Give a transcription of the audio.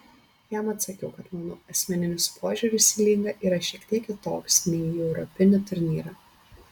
jam atsakiau kad mano asmeninis požiūris į lygą yra šiek tiek kitoks nei į europinį turnyrą